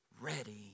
ready